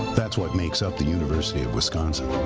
that's what makes up the university of wisconsin.